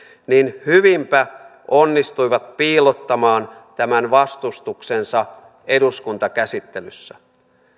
niin hyvinpä onnistuivat piilottamaan tämän vastustuksensa eduskuntakäsittelyssä